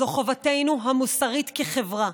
זאת חובתנו המוסרית כחברה.